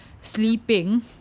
sleeping